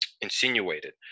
insinuated